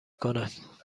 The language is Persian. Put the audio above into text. کند